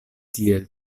tiel